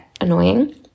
annoying